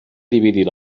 dividir